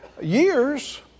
years